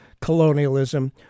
colonialism